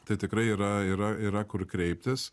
tai tikrai yra yra yra kur kreiptis